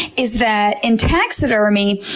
is that in taxidermy,